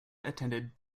attended